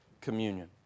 communion